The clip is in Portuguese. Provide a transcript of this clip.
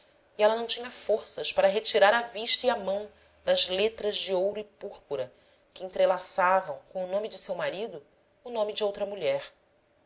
e ela não tinha forças para retirar a vista e a mão das letras de ouro e púrpura que entrelaçavam com o nome de seu marido o nome de outra mulher